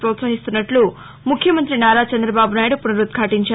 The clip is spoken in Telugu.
ప్రోత్సహిస్తున్నట్లు ముఖ్యమంతి నారా చంద్రబాబు నాయుడు పునరుద్వాటించారు